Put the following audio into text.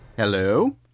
Hello